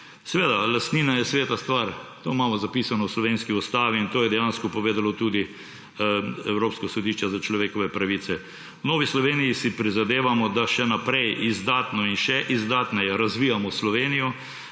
Seveda je lastnina sveta stvar. To imamo zapisano v slovenski ustavi, in to je dejansko povedalo tudi Evropsko sodišče za človekove pravice. V Novi Sloveniji si prizadevamo, da še naprej izdatno in še izdatneje razvijamo Slovenijo.